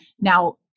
Now